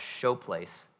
showplace